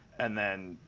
and then,